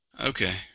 Okay